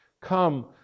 come